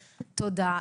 תודה,